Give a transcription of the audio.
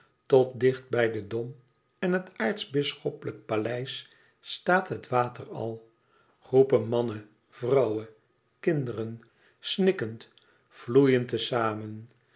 tot dicht bij den dom en het aartsbisschoppelijk paleis staat het water al groepen mannen vrouwen kinderen snikkend vloeien te-zamen den